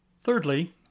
Thirdly